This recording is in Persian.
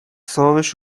صاحابش